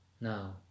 Now